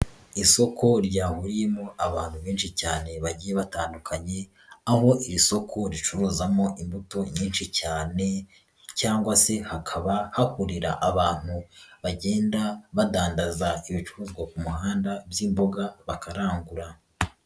Isoko ryahuriyemo abantu benshi cyane bagiye batandukanye, aho iri soko ricuruzamo imbuto nyinshi cyane cyangwa se hakaba hahurira abantu bagenda badandaza ibicuruzwa ku muhanda by'imbogakararangura.